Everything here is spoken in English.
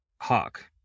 Hawk